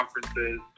conferences